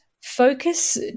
focus